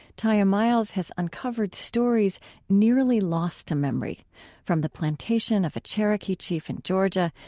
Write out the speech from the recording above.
tiya miles has uncovered stories nearly lost to memory from the plantation of a cherokee chief in georgia,